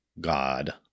God